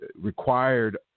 required